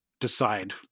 decide